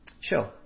show